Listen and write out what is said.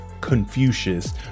Confucius